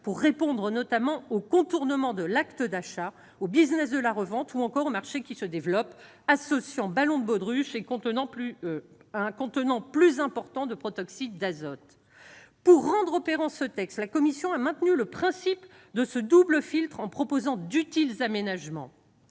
pour répondre au contournement de l'acte d'achat, au business de la revente ou encore au marché qui se développe, associant ballons de baudruche et contenants plus importants de protoxyde d'azote. Pour rendre opérant ce texte, la commission a maintenu le principe de ce double filtre en proposant d'utiles aménagements.